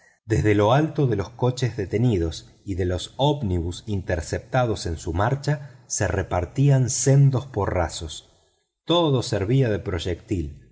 desde lo alto de los coches detenidos y de los ómnibus interceptados en su marcha se repartían sendos porrazos todo servía de proyectil